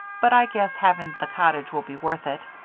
but i guess having the cottage will be worth it.